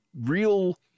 real